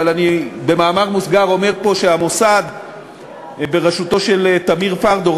אבל אני במאמר מוסגר אומר פה שהמוסד בראשותו של תמיר פרדו,